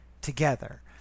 together